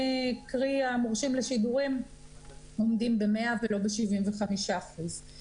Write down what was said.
קרי המורשים לשידורים עומדים ב-100% ולא ב-75%.